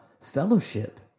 fellowship